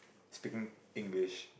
speaking English